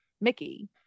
mickey